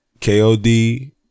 KOD